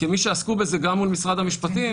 כמו שעסקו בזה גם מול משרד המשפטים,